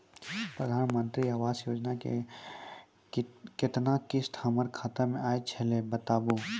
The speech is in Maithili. प्रधानमंत्री मंत्री आवास योजना के केतना किस्त हमर खाता मे आयल छै बताबू?